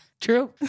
True